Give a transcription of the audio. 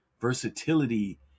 versatility